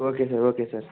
okay sir okay sir